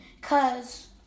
cause